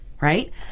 right